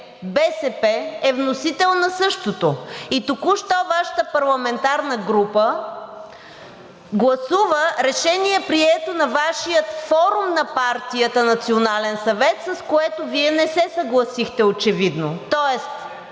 БСП е вносител на същото и току-що Вашата парламентарна група гласува решение, прието на Вашия форум на партията, на Национален съвет, с което Вие не се съгласихте очевидно?! Тоест